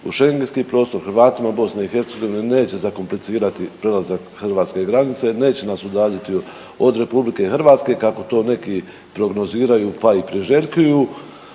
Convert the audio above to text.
Schengenski prostor Hrvatima BiH neće zakomplicirati prelazak hrvatske granice, neće nas udalji od RH kako to neki prognoziraju pa i priželjkuju.